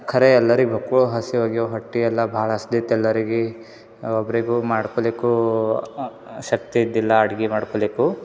ಕರೆ ಎಲ್ಲರಿಗೆ ಬಕು ಹಸಿವಾಗಿವ್ ಹೊಟ್ಟೆ ಎಲ್ಲ ಭಾಳ ಹಸ್ದಿತ್ತು ಎಲ್ಲರಿಗೆ ಒಬ್ಬರಿಗು ಮಾಡ್ಕೋಳಿಕೂ ಶಕ್ತಿಯಿದ್ದಿಲ್ಲ ಅಡಿಗೆ ಮಾಡ್ಕೋಳಿಕ್ಕು